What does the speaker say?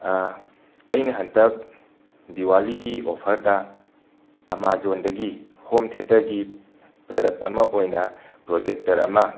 ꯑꯩꯅ ꯍꯟꯗꯛ ꯗꯤꯋꯥꯂꯤꯒꯤ ꯑꯣꯐꯔꯗ ꯑꯃꯥꯖꯣꯟꯗꯒꯤ ꯍꯣꯝ ꯊꯦꯇꯔꯒꯤ ꯄ꯭ꯔꯗꯛ ꯑꯃ ꯑꯣꯏꯅ ꯄ꯭ꯔꯣꯖꯦꯛꯇꯔ ꯑꯃ